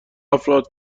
افراد